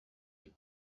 that